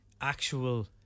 actual